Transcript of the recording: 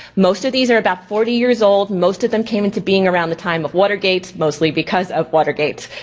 most of these are about forty years old. most of them came into being around the time of watergate, mostly because of watergate.